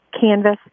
canvas